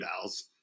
Dolls